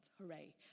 Hooray